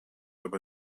aber